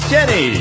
Jenny